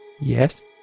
Yes